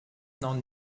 noch